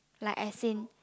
like as in